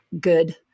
good